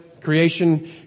Creation